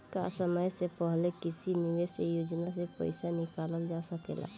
का समय से पहले किसी निवेश योजना से र्पइसा निकालल जा सकेला?